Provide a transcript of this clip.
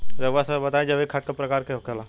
रउआ सभे बताई जैविक खाद क प्रकार के होखेला?